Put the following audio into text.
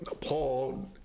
Paul